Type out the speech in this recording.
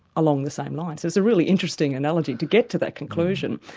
along the same lines? it's a really interesting analogy to get to that conclusion,